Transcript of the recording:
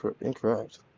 Incorrect